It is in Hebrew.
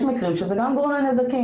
יש מקרים שזה גם גורם לנזקים,